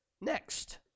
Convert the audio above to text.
Next